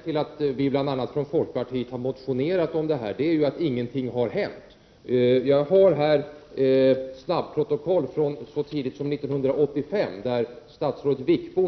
Herr talman! Skälet till att bl.a. vi från folkpartiet har motionerat om det här är att ingenting har hänt. Jag har här ett snabbprotokoll, där statsrådet Wickbom så tidigt som 1985